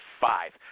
five